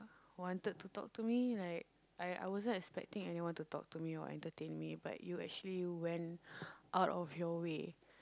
wanted to talk to me like I I wasn't expecting anyone to talk to me or to entertain me but you actually went out of your way